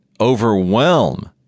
overwhelm